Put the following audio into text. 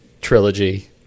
trilogy